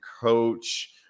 coach